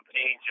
angel